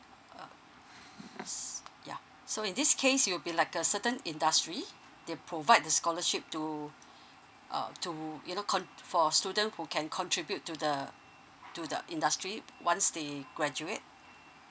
yeah so in this case you'll be like a certain industry they provide the scholarship to uh to you know cont~ for student who can contribute to the to the industry once they graduate